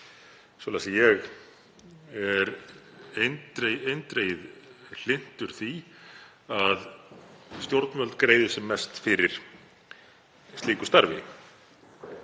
að ég er eindregið hlynntur því að stjórnvöld greiði sem mest fyrir slíku starfi.